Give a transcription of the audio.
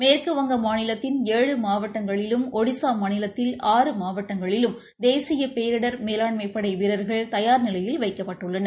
மேற்குவங்க மாநிலத்தின் ஏழு மாவட்டங்களிலும் ஓடிஸா மாநிலத்தில் ஆறு மாவட்டங்களிலும் தேசிய பேரிடர் மேலாண்மைப்படை வீரர்கள் தயார் நிலையில் வைக்கப்ட்டுள்ளனர்